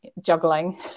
juggling